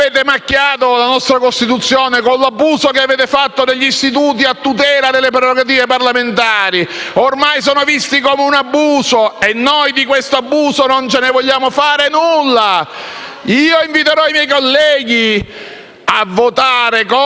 avete macchiato la nostra Costituzione con l'abuso che avete fatto degli istituti a tutela delle prerogative parlamentari. Ormai sono visti come un abuso e noi di questo abuso non ce ne vogliamo fare nulla. Io inviterò i miei colleghi a votare contro